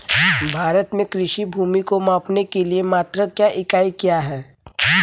भारत में कृषि भूमि को मापने के लिए मात्रक या इकाई क्या है?